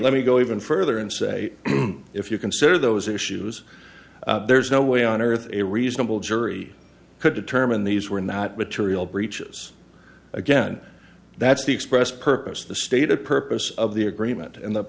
let me go even further and say if you consider those issues there's no way on earth a reasonable jury could determine these were not material breaches again that's the expressed purpose the stated purpose of the agreement and the